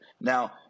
Now